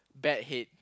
bad head